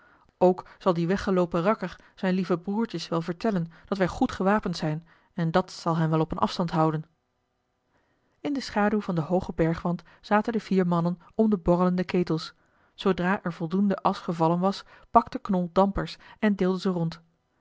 ook zal die weggeloopen rakker zijn lieven broertjes wel vertellen dat wij goed gewapend zijn en dat zal hen wel op een afstand houden in de schaduw van den hoogen bergwand zaten de vier mannen om de borrelende ketels zoodra er voldoende asch gevallen was bakte knol dampers en deelde ze rond